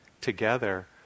together